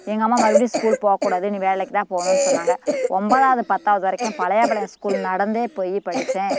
எங்கள் அம்மா மறுபடியும் ஸ்கூலுக்கு போகக்கூடாது நீ வேலைக்கு தான் போகணுன்னு சொன்னாங்க ஒம்பதாவது பத்தாவது வரைக்கும் பழையாப்பாளையம் ஸ்கூல் நடந்தே போய் படித்தேன்